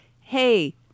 hey